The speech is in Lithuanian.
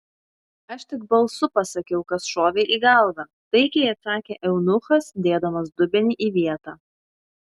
aš tik balsu pasakiau kas šovė į galvą taikiai atsakė eunuchas dėdamas dubenį į vietą